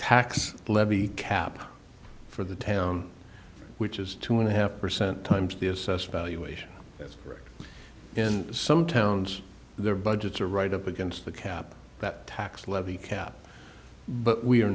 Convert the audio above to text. tax levy cap for the town which is two and a half percent times the assessed valuation in some towns their budgets are right up against the cap that tax levy cap but we are